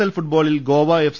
L ഫുട്ബോളിൽ Goa F